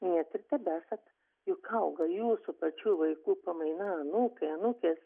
net ir tebesat juk auga jūsų pačių vaikų pamaina anūkai anūkės